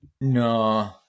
No